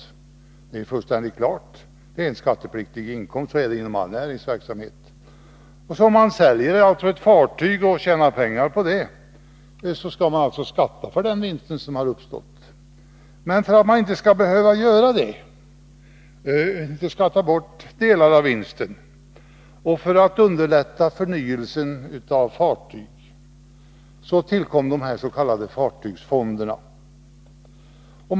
Det är fullständigt klart — det är en skattepliktig inkomst. Så är det inom all näringsverksamhet. Om man säljer ett fartyg och tjänar pengar på det, skall man alltså skatta för den vinst som uppstått. Men för att man inte skall behöva skatta bort delar av vinsten och för att en förnyelse av fartygsbeståndet skall underlättas tillkom dessa s.k. fartygsfonder.